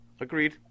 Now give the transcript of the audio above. agreed